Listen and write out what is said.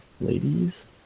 Ladies